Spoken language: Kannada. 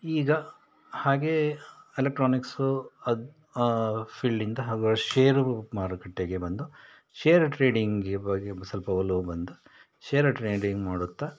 ಈಗ ಹಾಗೆಯೇ ಎಲೆಕ್ಟ್ರಾನಿಕ್ಸು ಅದು ಫೀಲ್ಡಿಂದ ಹಗುರ ಷೇರು ಮಾರುಕಟ್ಟೆಗೆ ಬಂದು ಷೇರು ಟ್ರೀಡಿಂಗಿಗೆ ಸ್ವಲ್ಪ ಒಲವು ಬಂದು ಷೇರು ಟ್ರೇಡಿಂಗ್ ಮಾಡುತ್ತಾ